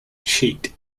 cheat